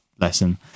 lesson